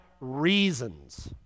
reasons